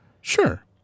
Sure